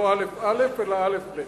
לא א"א אלא א"ב,